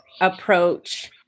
approach